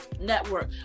network